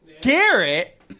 Garrett